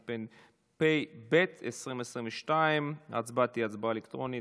התשפ"ב 2022. ההצבעה תהיה הצבעה אלקטרונית.